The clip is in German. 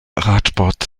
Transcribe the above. radsport